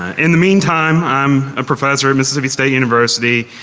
in the meantime, i'm i'm professor at mississippi state university,